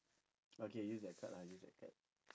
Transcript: okay use that card lah use that card